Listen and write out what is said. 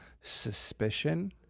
suspicion